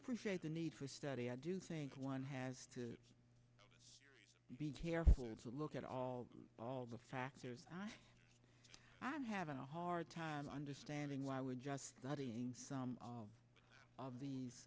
appreciate the need for study i do think one has to be careful to look at all all the factors i'm having a hard time understanding why we're just not seeing some of these